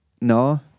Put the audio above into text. no